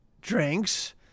drinks